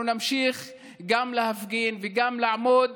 אנחנו נמשיך גם להפגין וגם לעמוד